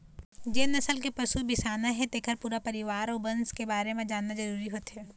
जेन नसल के पशु बिसाना हे तेखर पूरा परिवार अउ बंस के बारे म जानना जरूरी होथे